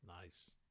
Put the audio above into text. Nice